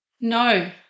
No